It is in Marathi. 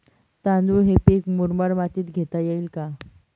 तांदूळ हे पीक मुरमाड मातीत घेता येईल का?